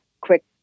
quick